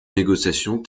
négociation